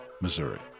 Missouri